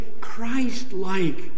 Christ-like